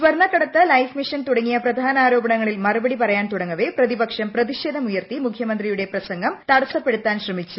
സ്വർണക്കടത്ത് Life Mission തുടങ്ങിയ പ്രധാന ആരോപണങ്ങളിൽ മറുപടി പറയാൻ തുടങ്ങവെ പ്രതിപക്ഷം പ്രതിഷേധം ഉയർത്തി മുഖ്യമന്ത്രിയുടെ പ്രസംഗം തടസ്സപ്പെടുത്താൻ ശ്രമിച്ചു